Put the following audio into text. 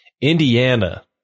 Indiana